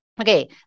Okay